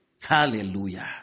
hallelujah